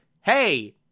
hey